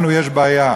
לנו יש בעיה.